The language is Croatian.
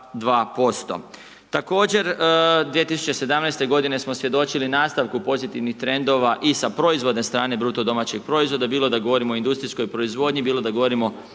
Također 2017. g. smo svjedočili nastavku pozitivnih trendova i sa proizvodne strane BDP-a bilo da govorimo o industrijskoj proizvodnji, bilo da govorimo o